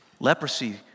Leprosy